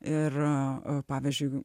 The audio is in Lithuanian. ir pavyzdžiui